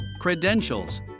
Credentials